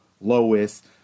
lowest